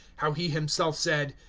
how he himself said,